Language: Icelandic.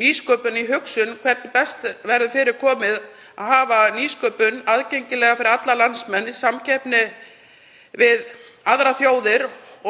nýsköpun í hugsun, hvernig því verður best fyrir komið að hafa nýsköpun aðgengilega fyrir alla landsmenn í samkeppni við aðrar þjóðir